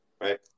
right